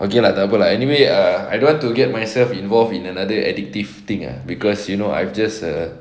okay lah takpe lah anyway ah I don't want to get myself involved in another addictive thing ah cause you know I've just uh